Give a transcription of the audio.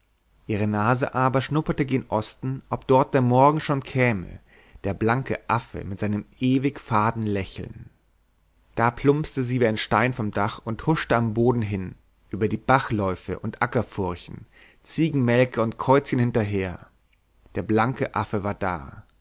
ihre nase aber schnupperte gen osten ob dort der morgen schon käme der blanke affe mit seinem ewig faden lächeln da plumpste sie wie ein stein vom dach und huschte am boden hin über die bachläufe und ackerfurchen ziegenmelker und käuzchen hinterher der blanke affe war da